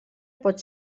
pot